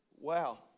Wow